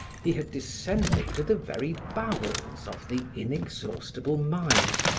he had descended to the very bowels of the inexhaustible mine,